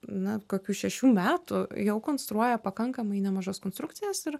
na kokių šešių metų jau konstruoja pakankamai nemažas konstrukcijas ir